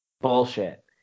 bullshit